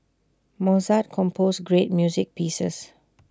Mozart composed great music pieces